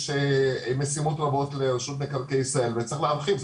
יש משימות רבות לרשות מקרקעי ישראל וצריך להרחיב,